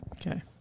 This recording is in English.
Okay